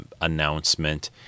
announcement